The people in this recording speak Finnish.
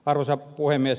arvoisa puhemies